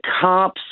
cops